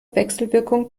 wechselwirkung